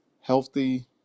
healthy